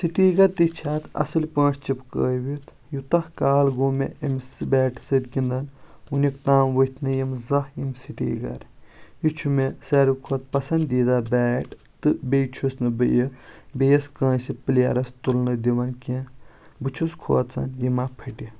sticker تہِ چھ اَتھ اَصلۍ پأٹھۍ چِپکأوِتھ یوٗتاہ کال گوٚو مےٚ أمہِ بیٹہٕ سۭتۍ گِنٛدان وٕنیُک تام ؤتھۍ نہٕ یِم زانٛہہ یِم سِٹیٖکر یہِ چھُ مےٚ سارِوٕے کھۄتہٕ پسنٛدیٖدہ بیٹ تہٕ بیٚیہِ چھُس نہٕ بہٕ یہِ بییِس کأنٛسہِ پلیرس تُلنہٕ دِوان کیٚنٛہہ بہٕ چھُس کھوژان یہِ ما فُٹہِ